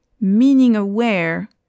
meaning-aware